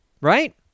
right